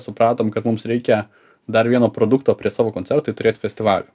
supratom kad mums reikia dar vieno produkto prie savo koncertų turėt festivalį